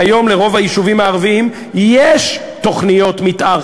והיום לרוב היישובים הערביים יש תוכניות מתאר,